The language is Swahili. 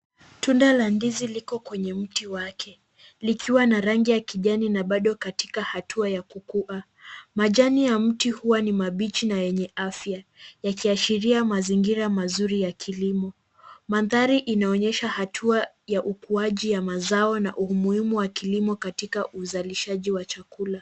Tunda la ndizi liko keenye mti wake. Likiwa na rangi ya kijani na bado katika hatua ya kukua. Majani ya mtu huwa ni mabichi na yenye afya. Yakiashiria mazingira mazuri ya kilimo. Mandhari inaonyesha hatua ya ukuaji ya mazao na umuhimu wa kilimo katika uzalishaji wa chakula.